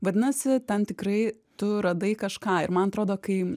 vadinasi ten tikrai tu radai kažką ir man atrodo kai